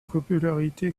popularité